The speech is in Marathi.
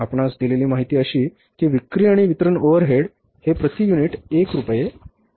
आपणास दिलेली माहिती अशी की विक्री आणि वितरण ओव्हरहेड हे प्रति युनिट 1 रुपये आहेत